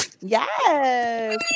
Yes